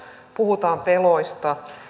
puhutaan peloista